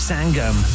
Sangam